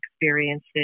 experiences